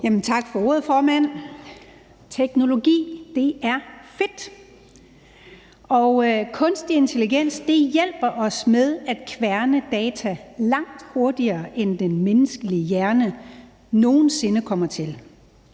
Tak for ordet, formand. Teknologi er fedt, og kunstig intelligens hjælper os med at kværne data, langt hurtigere end den menneskelige hjerne nogen sinde kommer til,